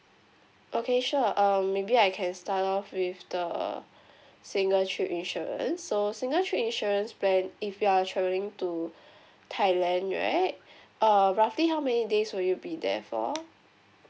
okay sure um maybe I can start off with the single trip insurance so single trip insurance plan if you are travelling to thailand right err roughly how many days will you be there for